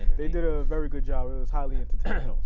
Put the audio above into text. they did a very good job, it was highly entertaining.